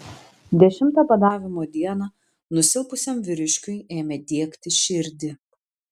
dešimtą badavimo dieną nusilpusiam vyriškiui ėmė diegti širdį